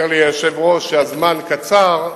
אומר לי היושב-ראש שהזמן קצר,